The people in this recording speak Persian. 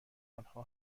آنها